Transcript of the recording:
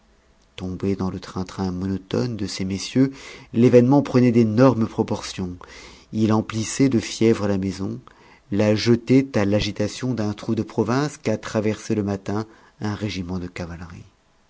tombé dans le train-train monotone de ces messieurs l'événement prenait d'énormes proportions il emplissait de fièvre la maison la jetait à l'agitation d'un trou de province qu'a traversé le matin un régiment de cavalerie